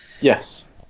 Yes